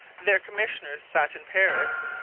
their commissioners sat in paris,